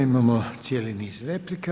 Imamo cijeli niz replika.